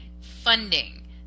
Funding